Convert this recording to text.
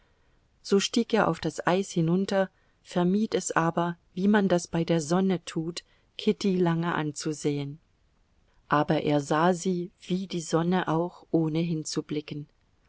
so stieg er auf das eis hinunter vermied es aber wie man das bei der sonne tut kitty lange anzusehen aber er sah sie wie die sonne auch ohne